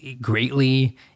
greatly